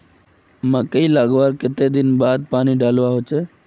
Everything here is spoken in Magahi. मकई लगवार कतला दिन बाद पानी डालुवा होचे?